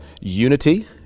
unity